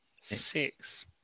Six